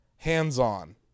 Hands-on